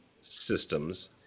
systems